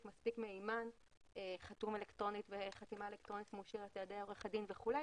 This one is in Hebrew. מספיק מהימן חתום אלקטרונית בחתימה אלקטרונית על ידי עורך הדין וכולי.